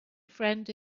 friend